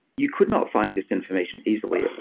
you could not find this information easily.